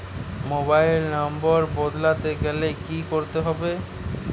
Mobile নম্বর বদলাতে গেলে কি করতে হবে?